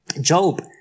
Job